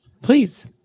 Please